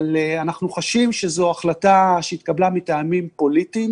אבל אנחנו חשים שזו החלטה שהתקבלה מטעמים פוליטיים